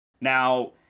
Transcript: Now